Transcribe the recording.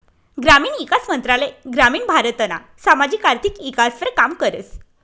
ग्रामीण ईकास मंत्रालय ग्रामीण भारतना सामाजिक आर्थिक ईकासवर काम करस